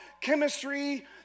chemistry